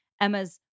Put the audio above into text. Emma's